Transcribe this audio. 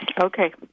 okay